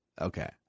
Okay